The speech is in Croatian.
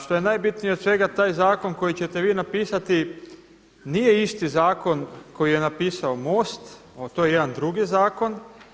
Što je najbitnije od svega taj zakon koji ćete vi napisati nije isti zakon koji je napisao MOST, to je jedan drugi zakon.